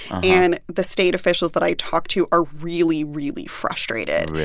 and the state officials that i talked to are really, really frustrated. really.